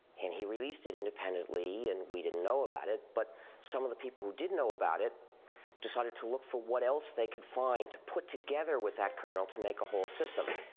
and he released it independently and we didn't know about it. but some of the people who did know about it decided to look for what else they could find to put together with that kernel to make a whole system.